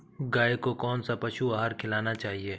गाय को कौन सा पशु आहार खिलाना चाहिए?